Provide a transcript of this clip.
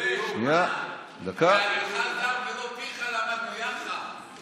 יהללך זר ולא פיך, למדנו יחד.